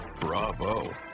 Bravo